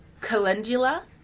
calendula